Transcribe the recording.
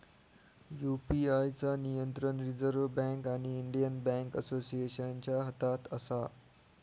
UPI चा नियंत्रण reserve bank आणि इंडियन बॅन्क असोसिएशनच्या हातात असा